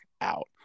out